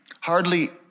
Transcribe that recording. hardly